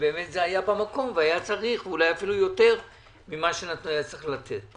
שזה היה במקום והיה צריך אולי אפילו יותר ממה שהיה צריך לתת.